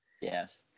Yes